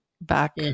back